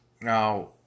Now